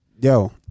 yo